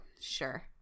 sure